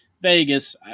Vegas